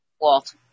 Walt